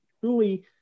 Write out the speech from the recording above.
truly